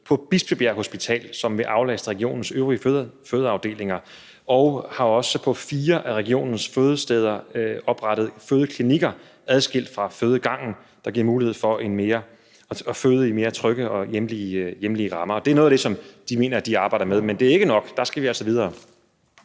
på Bispebjerg Hospital, som vil aflaste regionens øvrige fødeafdelinger, og der er også på fire af regionens fødesteder oprettet fødeklinikker adskilt fra fødegangen, der giver mulighed for at føde i mere trygge og hjemlige rammer. Det er noget af det, som de mener de arbejder med. Men det er ikke nok. Der skal vi altså videre.